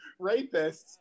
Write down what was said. rapists